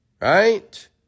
right